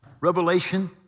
Revelation